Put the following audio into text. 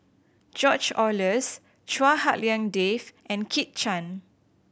George Oehlers Chua Hak Lien Dave and Kit Chan